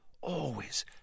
Always